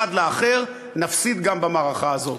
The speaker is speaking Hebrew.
נפסיד גם במערכה הזאת.